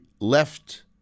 left